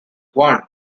one